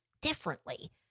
differently